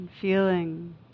feeling